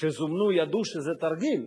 כשזומנו ידעו שזה תרגיל,